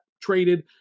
traded